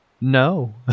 No